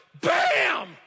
bam